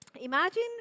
imagine